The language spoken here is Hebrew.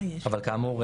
אבל כאמור,